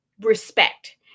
respect